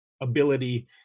ability